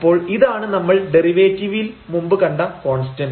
അപ്പോൾ ഇതാണ് നമ്മൾ ഡെറിവേറ്റീവിൽ മുമ്പ് കണ്ട കോൺസ്റ്റന്റ്